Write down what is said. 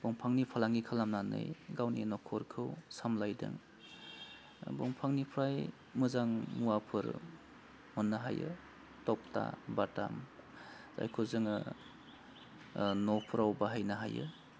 दंफांनि फालांगि खालामनानै गावनि न'खरखौ सामलायदों दंफांनिफ्राय मोजां मुवाफोर मोननो हायो थकथा बाथाम जायखौ जोङो न'फोराव बाहायनो हायो